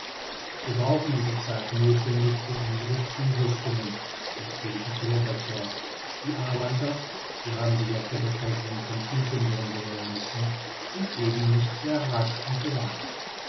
wir brauchen diese zeit nothwendig für unsere zurüstungen entgegnete der doctor die arbeiter wir haben sie hier aus der bevölkerung von quiquendone wählen müssen sind eben nicht sehr rasch und gewandt